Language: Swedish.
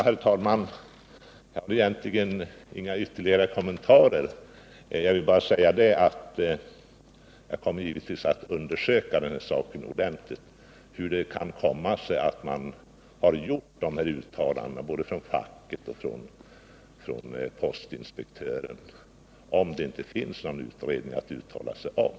Herr talman! Jag har egentligen ingen ytterligare kommentar. Jag vill bara säga att jag givetvis ordentligt kommer att undersöka varför både facket och postinspektören har gjort dessa uttalanden, om det inte föreligger någon sådan utredning som det här gäller.